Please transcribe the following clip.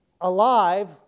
Alive